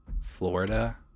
Florida